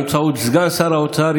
באמצעות סגן שר האוצר,